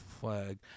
flag